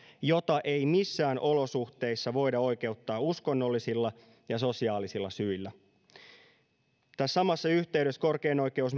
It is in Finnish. jota ei missään olosuhteissa voida oikeuttaa uskonnollisilla ja sosiaalisilla syillä tässä samassa yhteydessä korkein oikeus